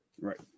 Right